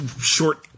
short